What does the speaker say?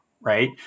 right